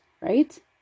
right